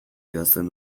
idazten